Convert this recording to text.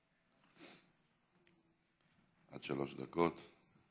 עד שלוש דקות.